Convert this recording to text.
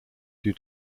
due